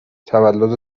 تولد